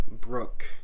Brooke